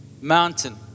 mountain